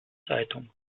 zeitung